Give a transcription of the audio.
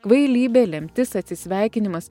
kvailybė lemtis atsisveikinimas